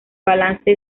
balance